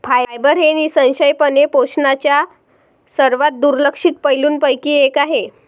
fibre हे निःसंशयपणे पोषणाच्या सर्वात दुर्लक्षित पैलूंपैकी एक आहे